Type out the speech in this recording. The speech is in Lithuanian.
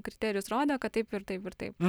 kriterijus rodė kad taip ir taip ir taip